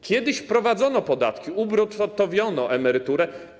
Kiedyś wprowadzono podatki, ubruttowiono emeryturę.